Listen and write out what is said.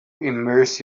immerse